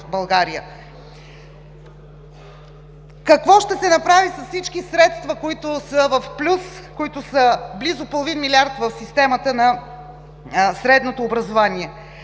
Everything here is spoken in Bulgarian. Какво ще се направи с всички средства в плюс, които са близо половин милиард в системата на средното образование?